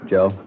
Joe